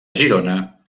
girona